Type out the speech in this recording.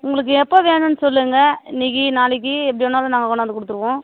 உங்களுக்கு எப்போ வேணும்ன்னு சொல்லுங்கள் இன்னக்கு நாளைக்கு எப்படி வேணாலும் நாங்கள் கொண்டாந்து கொடுத்துருவோம்